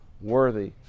worthy